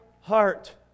heart